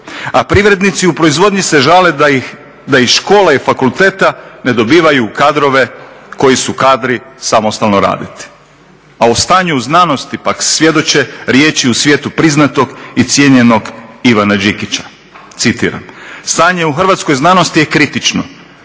a privrednici u proizvodnji se žale da i škole i fakulteti ne dobivaju kadrove koji su kadri samostalno raditi. A o stanju u znanosti pak svjedoče riječi u svijetu priznatom i cijenjenog Ivana Đikića, citiram: "Stanje u hrvatskoj znanosti je kritično